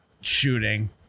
shooting